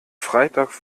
freitag